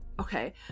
okay